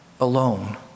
alone